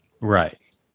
Right